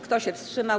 Kto się wstrzymał?